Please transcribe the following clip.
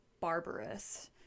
barbarous